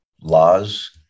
laws